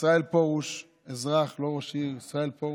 ישראל פרוש, אזרח, לא ראש עיר, ישראל פרוש,